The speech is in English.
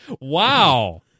Wow